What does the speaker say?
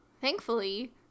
thankfully